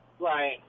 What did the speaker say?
Right